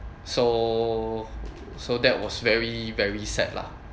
so so that was very very sad lah